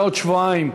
בעוד שבועיים,